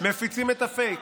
מפיצים את הפייק.